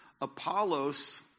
Apollos